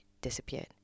disappeared